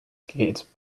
skates